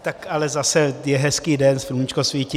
Tak ale zase je hezký den, sluníčko svítí.